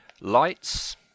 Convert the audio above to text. Lights